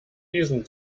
diesem